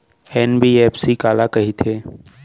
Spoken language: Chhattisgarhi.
एन.बी.एफ.सी काला कहिथे?